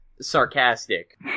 sarcastic